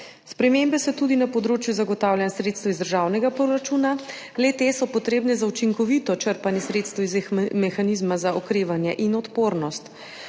Spremembe so tudi na področju zagotavljanja sredstev iz državnega proračuna, le-te so potrebne za učinkovito črpanje sredstev iz mehanizma za okrevanje in odpornost.